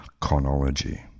Chronology